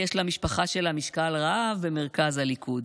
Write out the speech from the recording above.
יש למשפחה שלה משקל רב במרכז הליכוד.